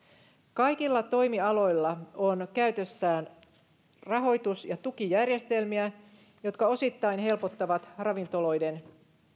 kaikilla toimialoilla on käytössään rahoitus ja tukijärjestelmiä jotka osittain helpottavat ravintoloiden